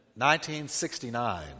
1969